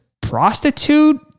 prostitute